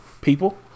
people